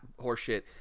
horseshit